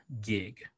gig